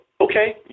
Okay